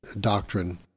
doctrine